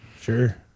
Sure